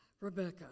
Rebecca